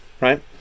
Right